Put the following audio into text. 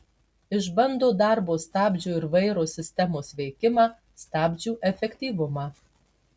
išbando darbo stabdžio ir vairo sistemos veikimą stabdžių efektyvumą